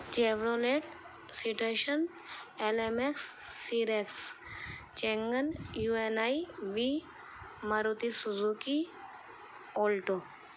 Chevrolet Citation L M X سیریکس Changan U N I V Maruti Suzuki Alto